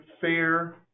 fair